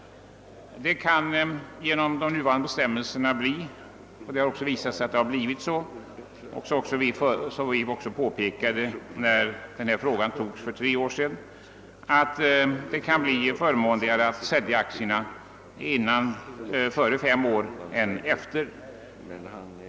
Med de nuvarande bestämmelserna kan det, vilket vi även påpekade när beslut i frågan fattades för tre år sedan, bli förmånligare att sälja aktierna före fem års innehav än senare.